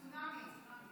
צונאמי.